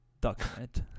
document